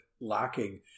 lacking